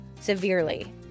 severely